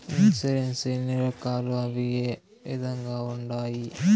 insurance ఎన్ని రకాలు అవి ఏ విధంగా ఉండాయి